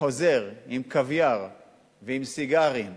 וחוזר עם קוויאר ועם סיגרים,